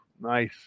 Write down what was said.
nice